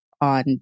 on